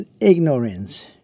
ignorance